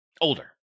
Older